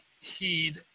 heed